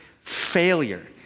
failure